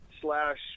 slash